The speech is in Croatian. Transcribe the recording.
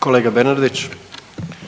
**Jandroković,